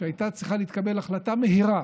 כשהייתה צריכה להתקבל החלטה מהירה